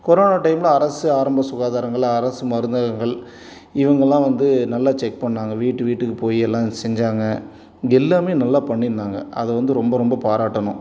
corona டைம்ல அரசு ஆரம்ப சுகாதாரங்கள் அரசு மருந்தகங்கள் இவங்கலாம் வந்து நல்லா செக் பண்ணிணாங்க வீட்டு வீட்டுக்கு போய் எல்லாம் செஞ்சாங்க எல்லாமே நல்லா பண்ணியிருந்தாங்க அது வந்து ரொம்ப ரொம்ப பாராட்டணும்